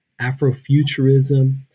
Afrofuturism